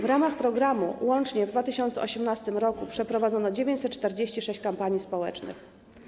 W ramach programu łącznie w 2018 r. przeprowadzono 946 kampanii społecznych.